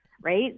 right